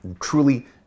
truly